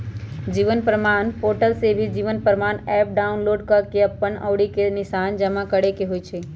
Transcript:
जीवन प्रमाण पोर्टल से Jeevan Pramaan app download कऽ के अप्पन अँउरी के निशान जमा करेके होइ छइ